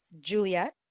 Juliet